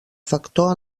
factor